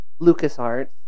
LucasArts